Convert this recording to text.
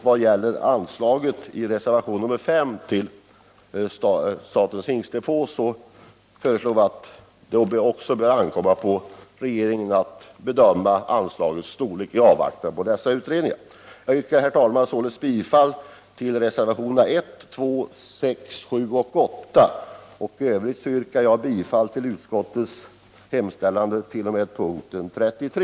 Vad beträffar anslaget till statens hingstdepå i reservationen 5 föreslår vi att det också bör ankomma på regeringen att bedöma anslagets storlek i avvaktan på de pågående utredningarna. Herr talman! Jag yrkar således bifall till reservationerna 1, 2,6, 7 och 8 och i övrigt bifall till utskottets hemställan t.o.m. punkten 33.